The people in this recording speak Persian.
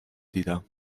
دیدم